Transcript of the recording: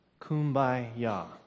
kumbaya